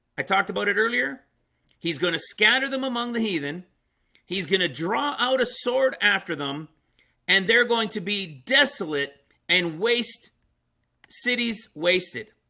i talked about it earlier he's going to scatter them among the heathen he's going to draw out a sword after them and they're going to be desolate and waste cities wasted